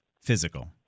Physical